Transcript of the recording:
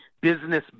Business